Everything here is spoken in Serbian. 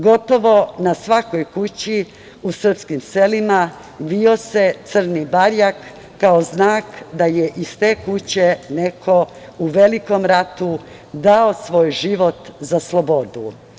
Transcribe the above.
Gotovo na svakoj kući u srpskim selima vio se crni barjak kao znak da je iz te kuće neko u Velikom ratu dao svoj život za slobodu.